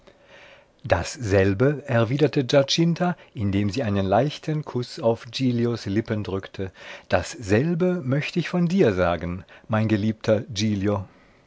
dasselbe erwiderte giacinta indem sie einen leichten kuß auf giglios lippen drückte dasselbe möcht ich von dir sagen mein geliebter